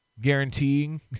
guaranteeing